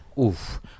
Oof